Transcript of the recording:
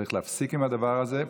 צריך להפסיק עם הדבר הזה.